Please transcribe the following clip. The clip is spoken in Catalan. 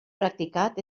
practicat